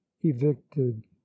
evicted